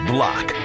Block